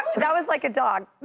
but that was like a dog,